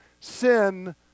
sin